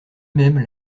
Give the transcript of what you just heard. même